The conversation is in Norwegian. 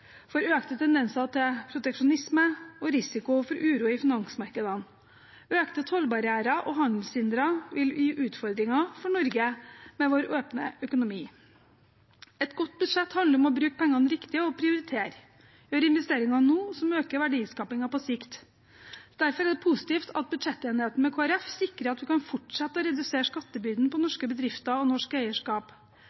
brexit, økte tendenser til proteksjonisme og risiko for uro i finansmarkedene. Økte tollbarrierer og handelshindre vil gi utfordringer for Norge med vår åpne økonomi. Et godt budsjett handler om å bruke pengene riktig og prioritere, gjøre investeringer nå som øker verdiskapingen på sikt. Derfor er det positivt at budsjettenigheten med Kristelig Folkeparti sikrer at vi kan fortsette å redusere